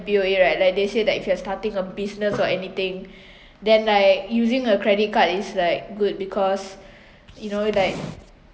P_O_A right like they say like if you are starting a business or anything then like using a credit card is like good because you know like